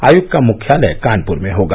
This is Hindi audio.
आयोग का मुख्यालय कानपुर में होगा